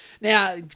Now